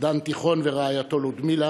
דן תיכון ורעייתו לודמילה,